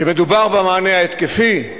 כשמדובר במענה ההתקפי,